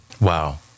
Wow